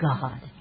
God